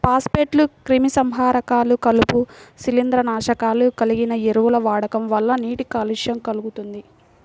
ఫాస్ఫేట్లు, క్రిమిసంహారకాలు, కలుపు, శిలీంద్రనాశకాలు కలిగిన ఎరువుల వాడకం వల్ల నీటి కాలుష్యం కల్గుతుంది